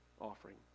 offering